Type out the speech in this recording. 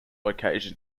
location